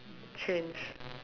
change